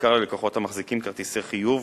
בעיקר ללקוחות המחזיקים כרטיסי חיוב,